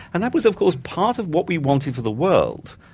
and that was, of course, part of what we wanted for the world.